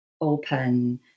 open